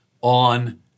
on